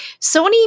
sony